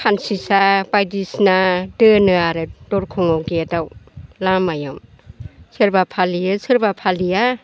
खानसिंसा बायदिसिना दोनो आरो दरखंआव गेट आव लामायाव सोरबा फालियो सोरबा फालिया